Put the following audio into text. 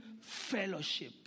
fellowship